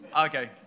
okay